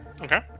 Okay